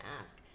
ask